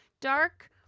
dark